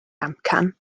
amcan